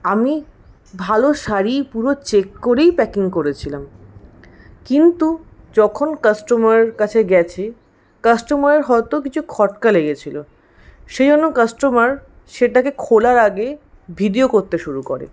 আমি ভালো শাড়ি পুরো চেক করেই প্যাকিং করেছিলাম কিন্তু যখন কাস্টমারের কাছে গেছে কাস্টমার হয়তো কিছু খটকা লেগেছিল সেইজন্য কাস্টমার সেটাকে খোলার আগে ভিডিও করতে শুরু করে